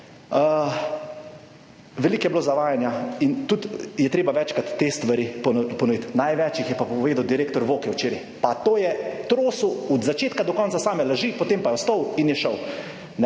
Veliko je bilo zavajanja in tudi je treba večkrat te stvari ponoviti, največ jih je pa povedal direktor Voke včeraj. Pa to je trosil od začetka do konca same laži, potem pa je vstal in je šel,